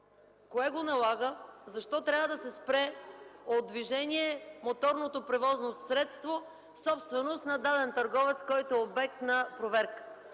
Кое го налага?! Защо трябва да се спре от движение моторното превозно средство, собственост на даден търговец, който е обект на проверка?